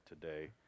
today